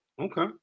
Okay